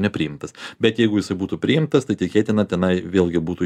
nepriimtas bet jeigu jisai būtų priimtas tai tikėtina tenai vėlgi būtų